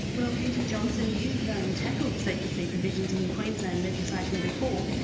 well hetty johnston, you've um tackled secrecy provisions in queensland legislation before,